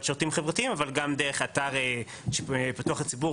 לשירותים חברתיים אבל גם דרך אתר שפתוח לציבור,